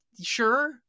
sure